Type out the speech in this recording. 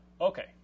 Okay